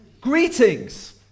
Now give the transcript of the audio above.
greetings